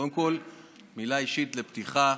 קודם כול מילה אישית לפתיחה: